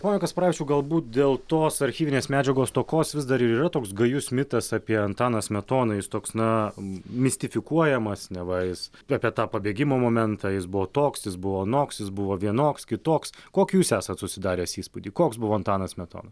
pone kasparavičiau galbūt dėl tos archyvinės medžiagos stokos vis dar ir yra toks gajus mitas apie antaną smetoną jis toks na mistifikuojamas neva jis apie tą pabėgimo momentą jis buvo toks jis buvo anoks jis buvo vienoks kitoks kokį jūs esat susidaręs įspūdį koks buvo antanas smetona